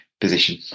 position